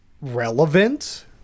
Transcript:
relevant